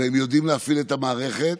והם יודעים להפעיל את המערכת.